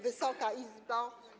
Wysoka Izbo!